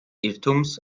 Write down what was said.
irrtums